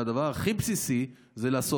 וזה הדבר הכי בסיסי לעשות.